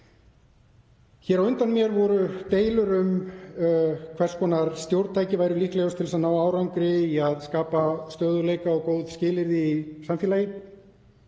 Hér áðan voru deilur um hvers konar stjórntæki væru líklegust til að ná árangri í að skapa stöðugleika og góð skilyrði í samfélagi.